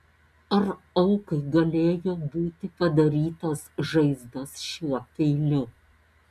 ar aukai galėjo būti padarytos žaizdos šiuo peiliu